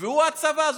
והוא הצבא.